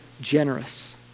generous